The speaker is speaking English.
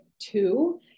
two